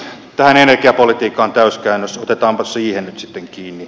tähän energiapolitiikkaan täyskäännös otetaanpa siihen nyt sitten kiinni